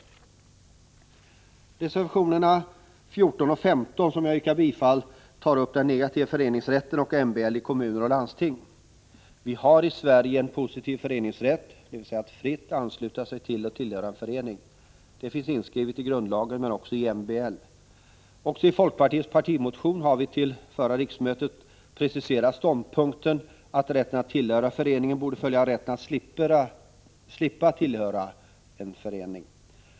I reservationerna 14 och 15, som jag yrkar bifall till, tas den negativa föreningsrätten och MBL i kommuner och landsting upp. Vi har i Sverige en positiv föreningsrätt, dvs. rätt att fritt ansluta sig till och tillhöra en förening. Detta finns inskrivet i grundlagen liksom också i MBL. I folkpartiets partimotion har vi till förra riksmötet preciserat ståndpunkten att rätten att tillhöra en förening borde följa rätten att slippa tillhöra en förening.